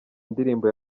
indirimbo